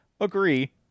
agree